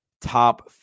top